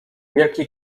wielki